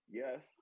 yes